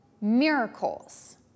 Miracles